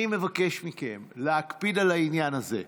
אני מבקש מכם להקפיד על העניין הזה.